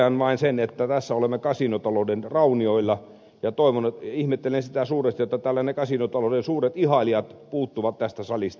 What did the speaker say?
totean vain sen että tässä olemme kasinotalouden raunioilla ja ihmettelen sitä suuresti että ne kasinotalouden suuret ihailijat puuttuvat tästä salista